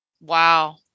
Wow